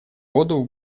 воду